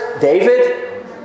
David